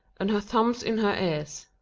and her thumbs in her ears,